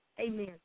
Amen